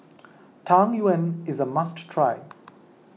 Tang Yuen is a must try